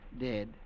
dead